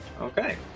Okay